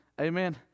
amen